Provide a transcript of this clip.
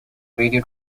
radio